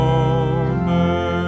over